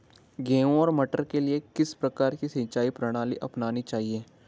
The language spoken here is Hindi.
गेहूँ और मटर के लिए किस प्रकार की सिंचाई प्रणाली अपनानी चाहिये?